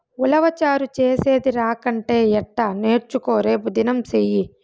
ఉలవచారు చేసేది రాకంటే ఎట్టా నేర్చుకో రేపుదినం సెయ్యి